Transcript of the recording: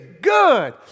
good